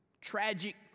Tragic